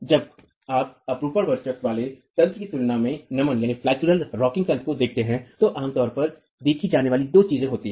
जब आप अपरूपण वर्चस्व वाले तंत्र की तुलना में नमन रॉकिंग तंत्र को देखते हैं तो आमतौर पर देखी जाने वाली दो चीजें होती हैं